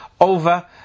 over